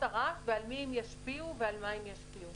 הרעש ועל מי הן ישפיעו ועל מה הן ישפיעו.